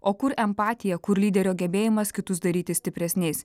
o kur empatija kur lyderio gebėjimas kitus daryti stipresniais